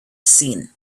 seen